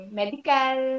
medical